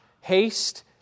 Haste